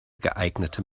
geeignete